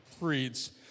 reads